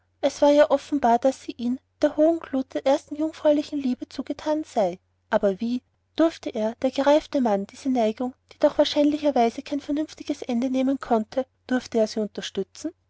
es war ja offenbar daß sie ihm mit der hohen glut der ersten jungfräulichen liebe zugetan sei aber wie durfte er der gereifte mann diese neigung die doch wahrscheinlicherweise kein vernünftiges ende nehmen konnte durfte er sie unterstützen